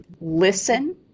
Listen